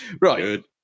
Right